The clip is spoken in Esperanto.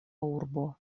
urbo